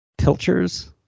Pilchers